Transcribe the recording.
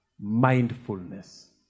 Mindfulness